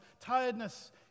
Tiredness